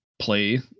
play